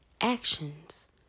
actions